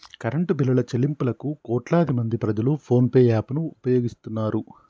current బిల్లుల చెల్లింపులకు కోట్లాదిమంది ప్రజలు ఫోన్ పే యాప్ ను ఉపయోగిస్తున్నారు